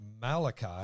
Malachi